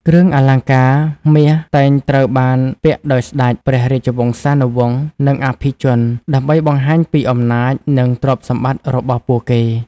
គ្រឿងអលង្ការមាសតែងត្រូវបានពាក់ដោយស្តេច ព្រះរាជវង្សានុវង្ស និងអភិជន ដើម្បីបង្ហាញពីអំណាច និងទ្រព្យសម្បត្តិរបស់ពួកគេ។